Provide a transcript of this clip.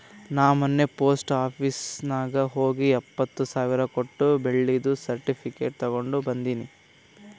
ನಾ ಮೊನ್ನೆ post office ನಾಗ್ ಹೋಗಿ ಎಪ್ಪತ್ ಸಾವಿರ್ ಕೊಟ್ಟು ಬೆಳ್ಳಿದು ಸರ್ಟಿಫಿಕೇಟ್ ತಗೊಂಡ್ ಬಂದಿನಿ